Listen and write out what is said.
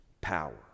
power